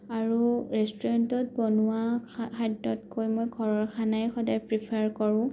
আৰু ৰেষ্টুৰেণ্টত বনোৱা খাদ্যতকৈ মই ঘৰৰ খানাই সদায় প্ৰিফাৰ কৰোঁ